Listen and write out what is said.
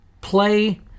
Play